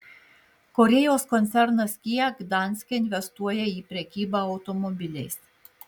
korėjos koncernas kia gdanske investuoja į prekybą automobiliais